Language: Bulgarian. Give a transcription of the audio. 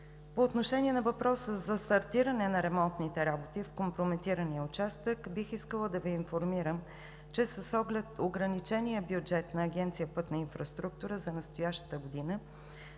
По отношение на въпроса за стартиране на ремонтните работи в компрометирания участък, бих искала да Ви информирам, че с оглед ограничения бюджет на Агенция „Пътна инфраструктура“ за настоящата година